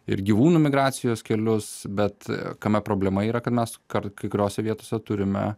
ir gyvūnų migracijos kelius bet kame problema yra kad mes kai kuriose vietose turime